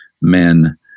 men